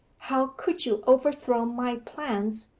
how could you overthrow my plans,